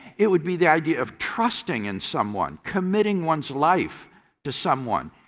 it would be the idea of trusting in someone, committing ones life to someone.